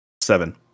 Seven